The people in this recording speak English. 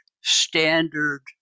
standard